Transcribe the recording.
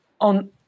on